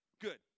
Good